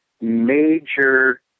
major